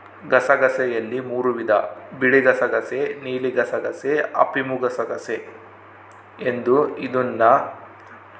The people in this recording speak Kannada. ಗಸಗಸೆಯಲ್ಲಿ ಮೂರೂ ವಿಧ ಬಿಳಿಗಸಗಸೆ ನೀಲಿಗಸಗಸೆ, ಅಫಿಮುಗಸಗಸೆ ಎಂದು ಇದನ್ನು ಅಡುಗೆ ಔಷಧಿಗೆ ಬಳಸ್ತಾರ